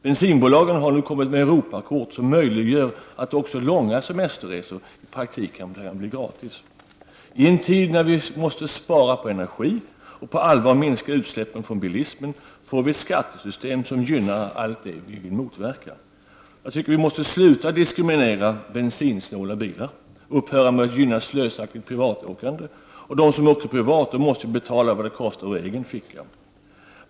Bensinbolagen har nu kommit med ett Europakort som möjliggör att också långa semesterresor i praktiken kan bli gratis. I en tid när vi måste spara på energi och på allvar minska utsläppen från bilismen får vi ett skattesystem som gynnar allt det vi vill motverka. Jag tycker att vi måste sluta diskriminera bensinsnåla bilar och upphöra med att gynna slösaktigt privatåkande. De som åker privat måste betala vad det kostar ur egen ficka.